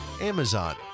Amazon